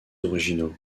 originaux